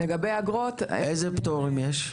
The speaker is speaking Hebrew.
איזה פטורים יש?